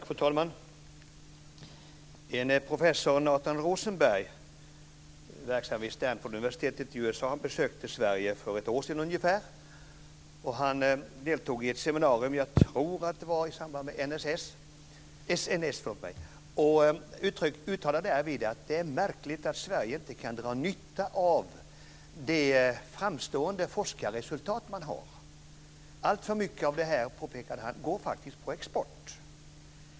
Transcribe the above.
Fru talman! En professor Nathan Rosenberg, verksam vid Stanforduniversitetet i USA, besökte Sverige för ett år sedan ungefär och deltog i ett seminarium - jag tror att det var i samband med SNS - och uttalade därvid att det är märkligt att Sverige inte kan dra nytta av de framstående forskarresultat man har. Alltför mycket av det här, påpekade han, går faktiskt på export.